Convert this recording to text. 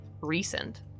recent